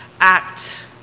act